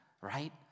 right